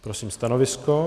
Prosím stanovisko.